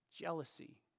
jealousy